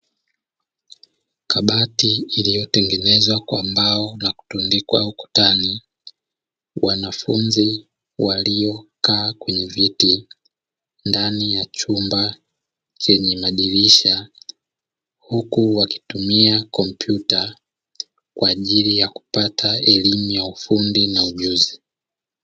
Kabati iliyotengenezwa kwa mbao na kutundikwa ukutani, wanafunzi waliokaa kwenye viti , ndani ya chumba chenye madirisha ,huku wakitumia komputa kwa ajili ya kupata elimu ya ufundi na ujuzi.